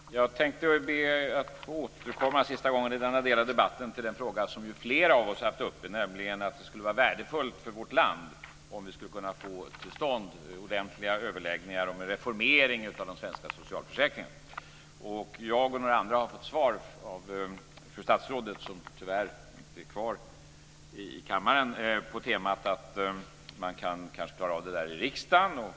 Herr talman! Jag tänkte be att få återkomma en sista gång i denna del av debatten till en fråga som flera av oss har tagit upp, nämligen att det skulle vara värdefullt för vårt land om vi kunde få till stånd ordentliga överläggningar om en reformering av de svenska socialförsäkringarna. Jag och några andra har fått svar av fru statsrådet, som tyvärr inte är kvar i kammaren, på temat att man kanske kan klara av detta i riksdagen.